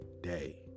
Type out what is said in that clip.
day